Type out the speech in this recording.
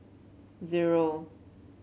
zero